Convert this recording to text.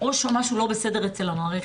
או שמשהו לא בסדר אצל המערכת.